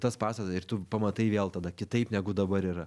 tas pasas ir tu pamatai vėl tada kitaip negu dabar yra